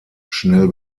schnell